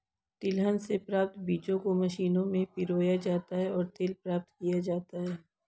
तिलहन से प्राप्त बीजों को मशीनों में पिरोया जाता है और तेल प्राप्त किया जाता है